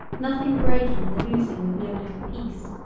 nothing breaking the losing of no little piece.